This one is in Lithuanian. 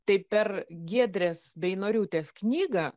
tai per giedrės beinoriūtės knygą